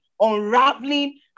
unraveling